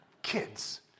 kids